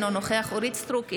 אינו נוכח אורית מלכה סטרוק,